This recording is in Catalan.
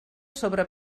sobre